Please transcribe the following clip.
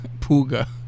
Puga